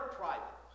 private